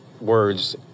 words